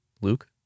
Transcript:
Luke